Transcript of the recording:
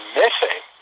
missing